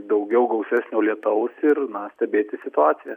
daugiau gausesnio lietaus ir na stebėti situaciją